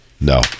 No